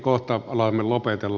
kohta alamme lopetella